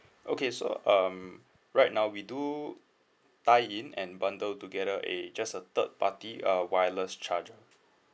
okay so um right now we do tie in and bundle together a just a third party uh wireless charger